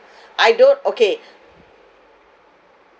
I don't okay